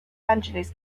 angeles